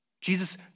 Jesus